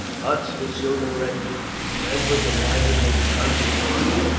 huts were soon erected the men were divided into hunting parties,